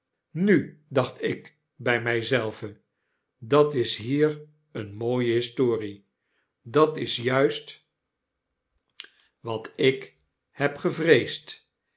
nu dacht ik bij mij zelven dat is hier eene mooie historie dat is juist wat ik heb